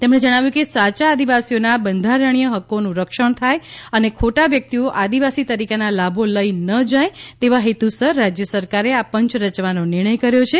તેમણે જણાવ્યું કે સાયા આદિવાસીઓના બંધારણીય હક્કોનું રક્ષણ થાય અને ખોટા વ્યકિતઓ આદિવાસી તરીકેના લાભો લઇ ન જાય તેવા હેતુસર રાજ્ય સરકારે આ પંચ રચવાનો નિર્ણય કર્યો છે